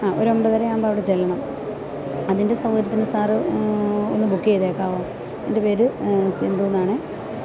ആ ഒരു ഒമ്പതരയാകുമ്പോള് അവിടെ ചെല്ലണം അതിൻ്റെ സൗകര്യത്തിന് സാര് ഒന്ന് ബുക്ക് ചെയ്തേക്കാമോ എൻ്റെ പേര് സിന്ധുവെന്നാണ്